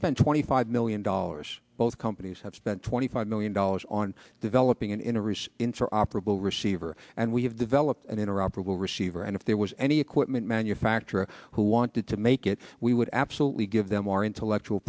spent twenty five million dollars both companies have spent twenty five million dollars on developing an interest interoperable receiver and we have developed an interoperable receiver and if there was any equipment manufacturer who wanted to make it we would absolutely give them our intellectual